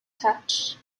touch